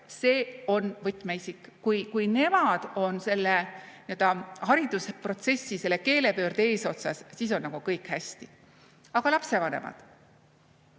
see võtmeisik. Kui nemad on selle nii-öelda haridusprotsessi, selle keelepöörde eesotsas, siis on kõik hästi. Aga lapsevanemad?